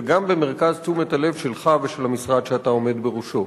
וגם במרכז תשומת הלב שלך ושל המשרד שאתה עומד בראשו.